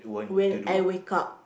when I wake up